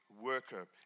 worker